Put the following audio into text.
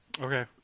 Okay